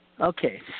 Okay